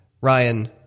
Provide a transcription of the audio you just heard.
Ryan